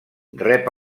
rep